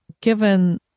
given